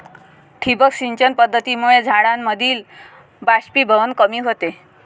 ठिबक सिंचन पद्धतीमुळे झाडांमधील बाष्पीभवन कमी होते